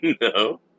No